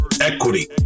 equity